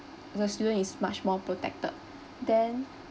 the student is much more protected then